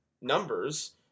numbers